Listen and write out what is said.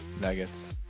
Nuggets